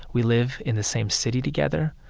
we live in the same city together,